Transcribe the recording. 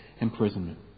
imprisonment